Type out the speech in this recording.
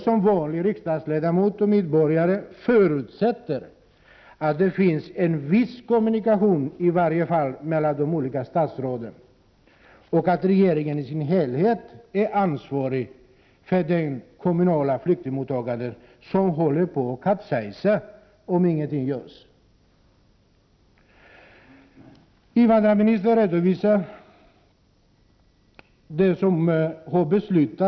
Som vanlig riksdagsledamot och medborgare förutsätter jag i alla fall att det finns en viss kommunikation mellan de olika statsråden och att regeringen i sin helhet är ansvarig för det kommunala flyktingmottagandet, som kommer att kapsejsa om ingenting görs. Invandrarministern redovisar det som har beslutats i samband med Prot.